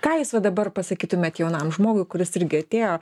ką jūs va dabar pasakytumėt jaunam žmogui kuris irgi atėjo